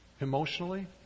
emotionally